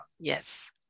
Yes